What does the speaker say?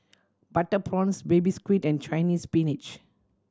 butter prawns Baby Squid and Chinese Spinach